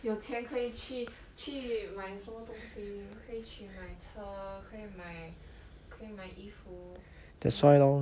有钱可以去去买什么东西可以去买车可以买可以买衣服 hmm